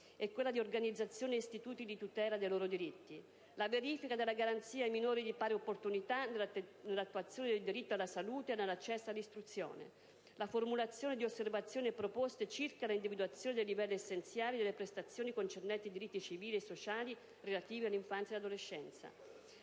a quella di organizzazioni e istituti di tutela dei loro diritti; la verifica della garanzia ai minori di pari opportunità nell'attuazione del diritto alla salute e nell'accesso all'istruzione; la formulazione di osservazioni e proposte circa l'individuazione dei livelli essenziali delle prestazioni concernenti i diritti civili e sociali relativi all'infanzia e all'adolescenza.